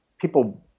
people